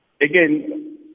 again